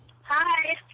Hi